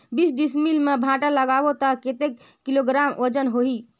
बीस डिसमिल मे भांटा लगाबो ता कतेक किलोग्राम वजन होही?